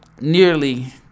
nearly